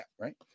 right